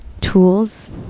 tools